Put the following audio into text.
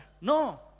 No